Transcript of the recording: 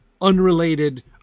unrelated